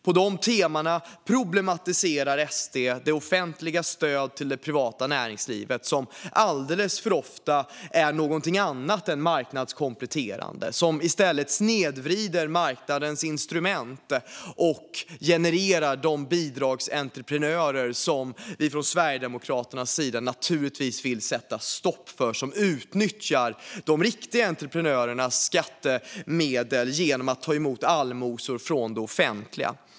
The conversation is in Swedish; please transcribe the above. På detta tema problematiserar SD det offentligas stöd till det privata näringslivet, vilket alldeles för ofta är något annat är marknadskompletterande. I stället snedvrider de marknadens instrument och genererar de bidragsentreprenörer vi sverigedemokrater vill sätta stopp för eftersom de utnyttjar de riktiga entreprenörernas skattemedel genom att ta emot allmosor från det offentliga.